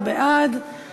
15 בעד, 16 בעד.